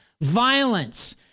Violence